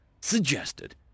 suggested